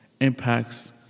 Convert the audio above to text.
impacts